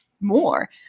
more